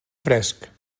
fresc